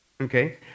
Okay